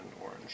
orange